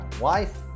wife